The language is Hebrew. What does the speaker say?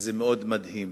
שזה מאוד מדהים.